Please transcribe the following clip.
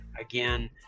Again